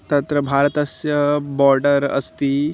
तत्र भारतस्य बोर्डर् अस्ति